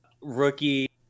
Rookie